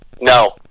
No